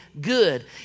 good